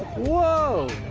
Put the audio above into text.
whoa!